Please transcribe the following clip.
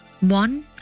One